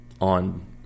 on